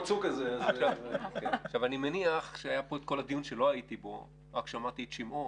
אני מניח שהיה פה את כל הדיון שלא הייתי בו ורק שמעתי את שמעו,